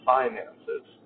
finances